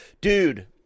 Dude